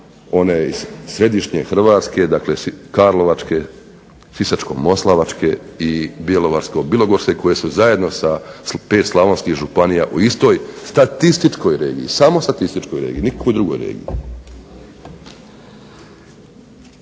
one iz središnje Hrvatske. Dakle, Karlovačke, Sisačko-moslavačke i Bjelovarsko-bilogorske koje su zajedno sa 5 slavonskih županija u istoj statističkoj regiji. Samo statističkoj regiji, nikakvoj drugoj regiji.